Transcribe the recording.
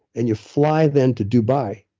and you fly then to dubai.